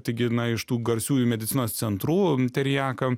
taigi na iš tų garsiųjų medicinos centrų teriakam